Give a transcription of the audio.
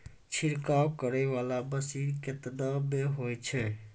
छिड़काव करै वाला मसीन केतना मे होय छै?